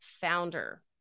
founder